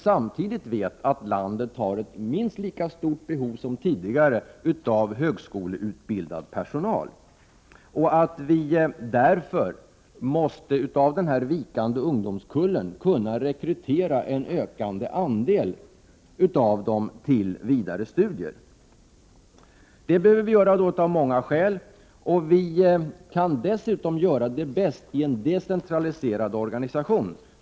Samtidigt vet vi att landet har ett minst lika stort behov som tidigare av högskoleutbildad personal. Därför måste vi ur de vikande ungdomskullarna kunna rekrytera en större andel till vidare studier. Detta behövs av många skäl och bäst kan det ske i en decentraliserad organisation.